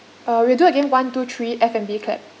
uh we do again one two three F&B clap